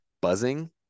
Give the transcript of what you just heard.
buzzing